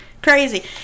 Crazy